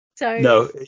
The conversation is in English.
No